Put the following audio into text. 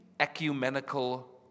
ecumenical